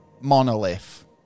monolith